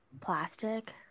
plastic